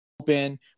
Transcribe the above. open